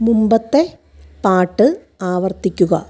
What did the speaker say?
മുമ്പത്തെ പാട്ട് ആവർത്തിക്കുക